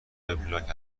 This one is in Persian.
وبلاگ